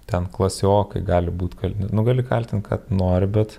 ten klasiokai gali būt kal nu gali kaltint ką tu nori bet